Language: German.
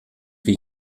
wie